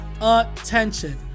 attention